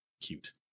Cute